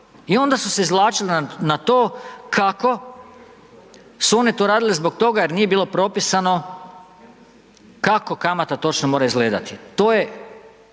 i onda su se izvlačili na to kako su one to radile zbog toga jer nije bilo propisano kako kamata točno mora izgledati. To je